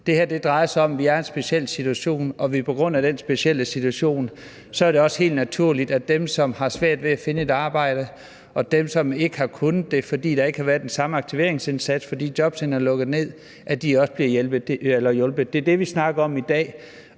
Det her drejer sig om, at vi er i en speciel situation, og på grund af den specielle situation er det også helt naturligt, at dem, som har svært ved at finde et arbejde, og dem, som ikke har kunnet det, fordi der ikke har været den samme aktiveringsindsats, fordi jobcentrene er lukket ned, også bliver hjulpet. Det er det, vi snakker om i dag,